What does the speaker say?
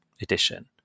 edition